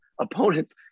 Opponents